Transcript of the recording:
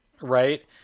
right